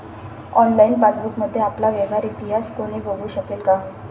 Online पासबुकमध्ये आपला व्यवहार इतिहास कोणी बघु शकेल का?